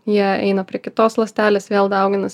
jie eina prie kitos ląstelės vėl dauginasi